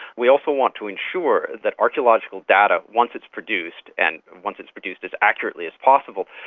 we also want to ensure that archaeological data, once it is produced and once it is produced as accurately as possible,